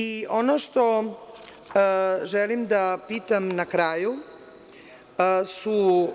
I ono što želim da pitam na kraju su